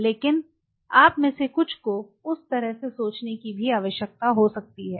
लेकिन आप में से कुछ को उस तरह से सोचने की भी आवश्यकता हो सकती है